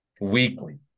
Weekly